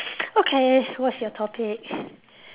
okay what's your topic